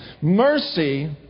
Mercy